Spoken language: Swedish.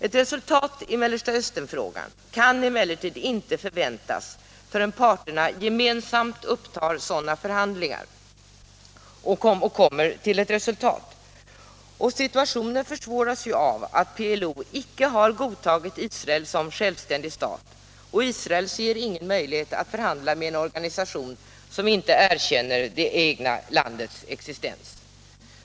Ett resultat i Mellersta Östern-frågan kan emellertid inte förväntas förrän parterna gemensamt upptar sådana förhandlingar och kommer till ett resultat. Situationen försvåras av att PLO icke har godtagit Israel som självständig stat. Och Israel ser ingen möjlighet att förhandla med en organisation som inte erkänner det egna landets existens.